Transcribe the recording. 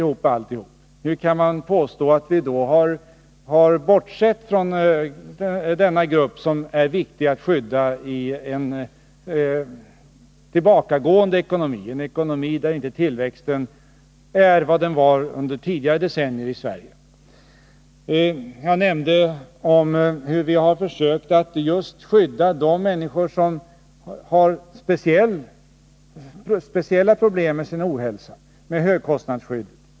Hur kan man då påstå att vi har bortsett från denna grupp som är viktig att skydda i en tillbakagående ekonomi, där tillväxten inte är vad den var under tidigare decennier i Sverige? Jag nämnde hur vi med högkostnadsskydd har försökt hjälpa just de människor som har speciella problem med sin ohälsa.